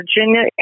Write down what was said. Virginia